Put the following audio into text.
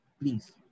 Please